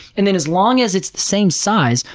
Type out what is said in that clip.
and then as long as it's the same size,